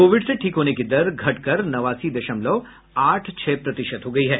Covid से ठीक होने की दर घटकर नवासी दशमलव आठ छह प्रतिशत हो गई है